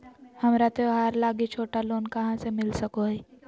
हमरा त्योहार लागि छोटा लोन कहाँ से मिल सको हइ?